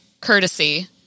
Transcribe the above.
courtesy